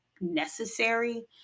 necessary